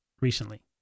recently